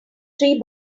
three